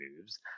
moves